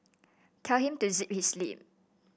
tell him to zip his lip